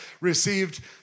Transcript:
received